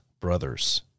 brothers